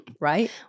right